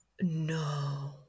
no